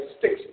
six